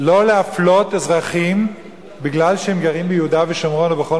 לא להפלות אזרחים בגלל שהם גרים ביהודה ושומרון או בכל